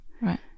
Right